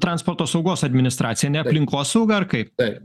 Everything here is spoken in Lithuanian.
transporto saugos administracija ne aplinkosauga ar kaip